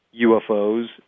UFOs